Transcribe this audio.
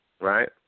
right